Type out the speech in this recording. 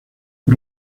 por